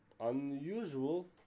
unusual